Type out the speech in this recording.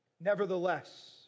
Nevertheless